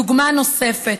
דוגמה נוספת.